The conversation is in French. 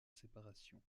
séparation